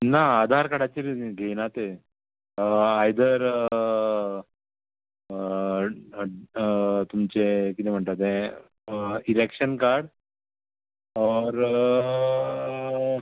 ना आधार कार्डाचेर घेयना ते आयदर तुमचे कितें म्हणटा तें इलेक्शन कार्ड ऑर